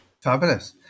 Fabulous